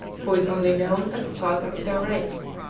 who is only known as the father of their race.